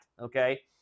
Okay